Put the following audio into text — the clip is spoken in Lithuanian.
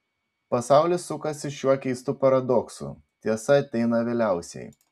pasaulis sukasi šiuo keistu paradoksu tiesa ateina vėliausiai